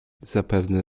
zapewne